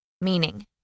Meaning